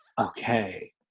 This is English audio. okay